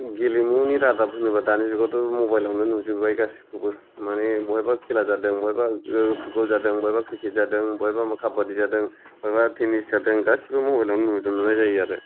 गेलेमुनि रादाब होनोबा दानि जुगावथ' मबाइलावनो नुजोबबाय गासिखौबो माने बहायबा खेला जादों बहायबा ओ फुटबल जादों ओ बहायबा क्रिकेट जादों बहायबा काबादि जादों बहायबा टेनिस जादों गासिबो मबाइलावनो नुजोबनाय जायो आरो